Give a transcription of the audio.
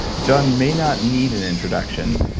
john may not need an introduction.